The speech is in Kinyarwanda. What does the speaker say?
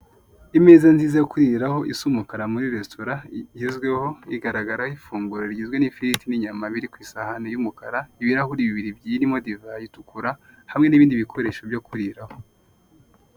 Imeza nziza yo kuriraho isa umukara muri resitora igezweho igaragaraho ifunguro rigizwe n'ifiriti n'inyama biri ku isahani y'umukara, ibirahuri bibiri birimo divayi itukura, hamwe n'ibindi bikoresho byo kuriraraho.